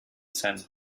sand